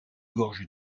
gorgée